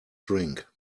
drink